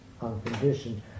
unconditioned